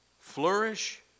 Flourish